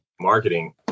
marketing